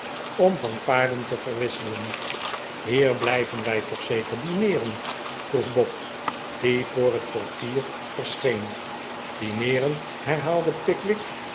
om van paarden te verwisselen hier blijven wij toch zeker dineeren vroeg bob die voor het portier verscheen dineeren herhaalde pickwick